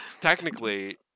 technically